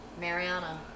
Mariana